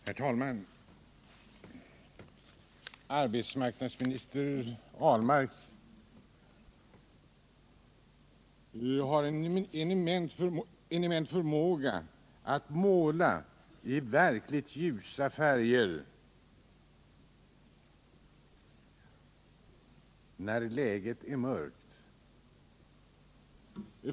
Herr talman! Ni har, arbetsmarknadsminister Ahlmark, en eminent förmåga att måla i verkligt ljusa färger när läget är mörkt.